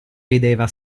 rideva